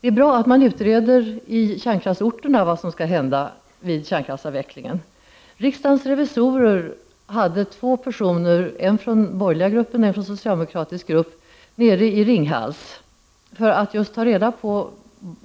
Det är bra att man i de orter där det finns kärnkraftverk utreder vad som skall hända vid kärnkraftsavvecklingen. Riksdagens revisorer skickade två personer, en från den borgerliga gruppen och en från den socialdemokratiska gruppen, till Ringhals för att ta reda på